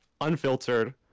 unfiltered